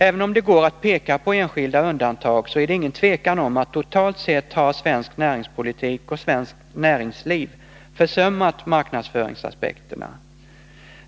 Även om det går att peka på enskilda undantag, så är det inget tvivel om att svensk näringspolitik och svenskt näringsliv totalt sett har försummat marknadsföringsaspekterna.